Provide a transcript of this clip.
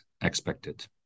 expected